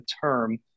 term